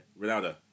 Ronaldo